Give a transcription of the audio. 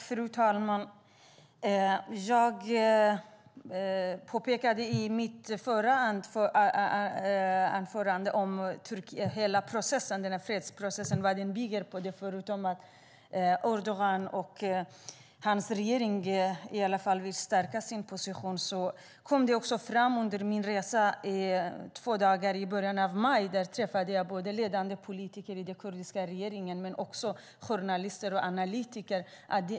Fru talman! Jag påpekade i mitt förra inlägg vad hela fredsprocessen bygger på, förutom att Erdogan och hans regering vill stärka sin position. Under min resa under två dagar i början av maj träffade jag både ledande politiker i den kurdiska regeringen och journalister och analytiker.